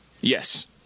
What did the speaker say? Yes